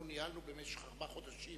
אנחנו ניהלנו במשך ארבעה חודשים